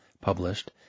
published